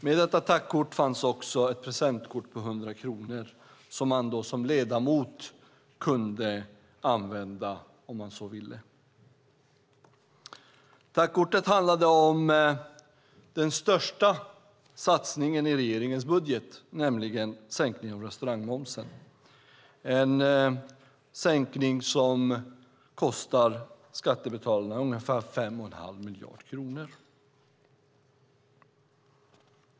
Med detta tackkort fanns också ett presentkort på 100 kronor som man som ledamot kunde använda om man så ville. Tackkortet handlade om den största satsningen i regeringens budget, nämligen sänkningen av restaurangmomsen, en sänkning som kostar skattebetalarna ungefär 5 1⁄2 miljard kronor.